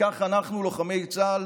כך אנחנו, לוחמי צה"ל